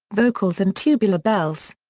vocals and tubular bells.